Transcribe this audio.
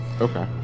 Okay